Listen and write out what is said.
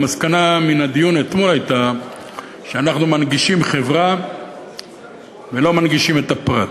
המסקנה מן הדיון אתמול הייתה שאנחנו מנגישים חברה ולא מנגישים את הפרט,